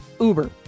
Uber